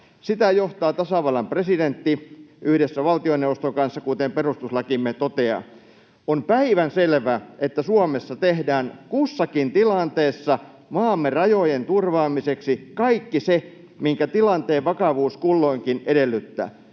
Sitä johtaa tasavallan presidentti yhdessä valtioneuvoston kanssa, kuten perustuslakimme toteaa. On päivänselvä, että Suomessa tehdään kussakin tilanteessa maamme rajojen turvaamiseksi kaikki se, minkä tilanteen vakavuus kulloinkin edellyttää.